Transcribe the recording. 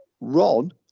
Ron